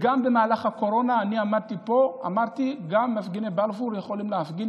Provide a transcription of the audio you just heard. גם במהלך הקורונה אני עמדתי פה ואמרתי: גם מפגיני בלפור יכולים להפגין,